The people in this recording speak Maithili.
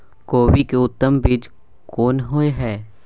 कोबी के उत्तम बीज कोन होय है?